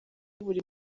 buri